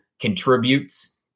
contributes